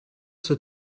zur